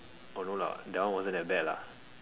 or no lah that one wasn't that bad lah